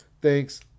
Thanks